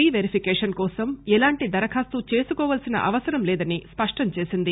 రీ verification కోసం ఎలాంటి దరఖాస్తు చేసుకోవల్పిన అవసరం లేదని స్పష్టంచేసింది